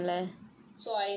so I need to see